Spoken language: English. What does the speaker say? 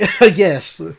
Yes